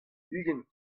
ugent